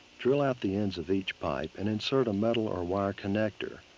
drill out the ends of each pipe and insert a metal or wire connector.